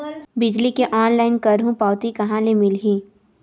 बिजली के ऑनलाइन करहु पावती कहां ले मिलही?